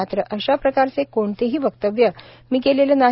मात्र अशाप्रकारचे कोणतेही वक्तव्य मी केलेले नाही